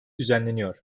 düzenleniyor